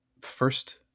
first